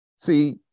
See